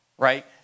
Right